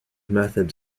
methods